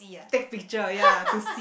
take picture ya to see